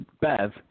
Bev